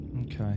Okay